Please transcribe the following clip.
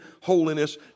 holiness